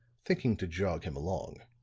thinking to jog him along.